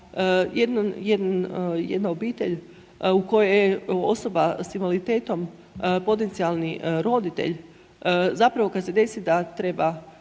jedna obitelj u kojoj je osoba sa invaliditetom potencijalni roditelj, zapravo kad se desi da treba